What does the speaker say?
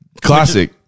classic